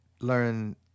learn